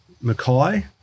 Mackay